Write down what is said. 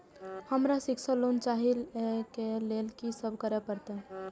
हमरा शिक्षा लोन चाही ऐ के लिए की सब करे परतै?